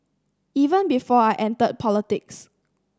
even before I entered politics